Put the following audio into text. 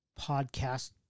podcast